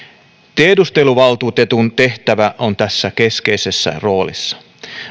tiedusteluvaltuutetun tehtävä on tässä keskeisessä roolissa